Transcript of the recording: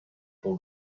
for